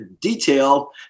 detail